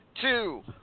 two